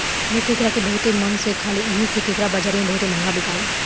लोग केकड़ा के बहुते मन से खाले एही से केकड़ा बाजारी में बहुते महंगा बिकाला